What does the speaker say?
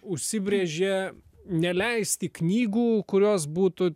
užsibrėžė neleisti knygų kurios būtų